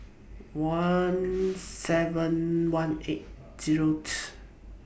one seven one eight zeroth